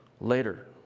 later